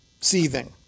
seething